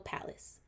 Palace